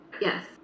yes